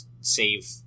save